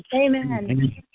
Amen